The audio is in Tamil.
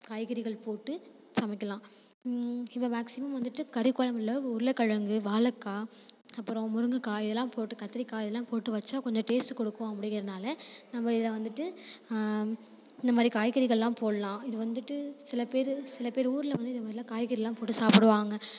காய்கறிகள் போட்டு சமைக்கலாம் இப்போ மேக்ஸிமம் வந்துட்டு கறி குழம்புல உருளைக்கிழங்கு வாழைக்கா அப்புறம் முருங்கைக்கா இதெல்லாம் போட்டு கத்திரிக்காய் இதெல்லாம் போட்டு வைச்சா கொஞ்சம் டேஸ்ட்டு கொடுக்கும் அப்படிங்கிறனால நம்ம இதை வந்துட்டு இந்தமாதிரி காய்கறிகளெலாம் போடலாம் இது வந்துட்டு சில பேர் சில பேர் ஊரில் வந்து இந்தமாதிரிலாம் காய்கறியெலாம் போட்டு சாப்பிடுவாங்க